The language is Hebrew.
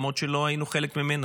למרות שלא היינו חלק ממנה,